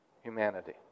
humanity